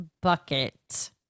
bucket